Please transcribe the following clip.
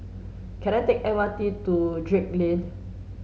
can I take the M R T to Drake Lane